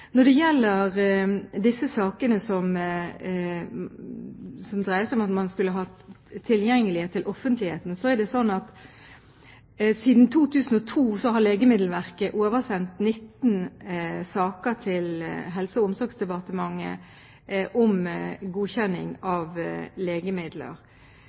Når det gjelder disse sakene som dreier seg om at man skulle ha tilgjengelighet for offentligheten, er det slik at siden 2002 har Legemiddelverket oversendt 19 saker til Helse- og omsorgsdepartementet om godkjenning av legemidler,